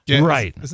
Right